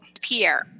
Pierre